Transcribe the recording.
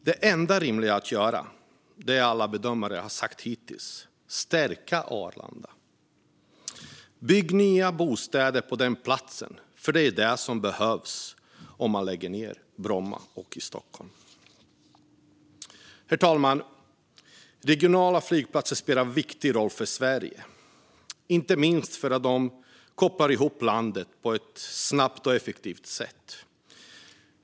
Det enda rimliga att göra är, som alla bedömare hittills har sagt, att stärka Arlanda, lägga ned Bromma och bygga bostäder på den platsen. Det är det som behövs i Stockholm. Herr talman! Regionala flygplatser spelar en viktig roll för Sverige, inte minst för att de kopplar ihop landet på ett snabbt och effektivt sätt.